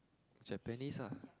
Japanese ah